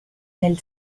nel